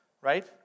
right